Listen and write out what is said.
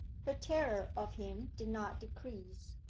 her terror of him did not decrease.